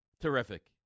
terrific